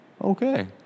okay